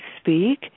speak